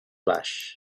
baix